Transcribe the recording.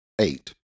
eight